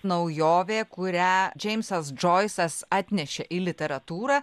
naujovė kurią džeimsas džoisas atnešė į literatūrą